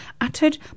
Uttered